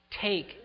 Take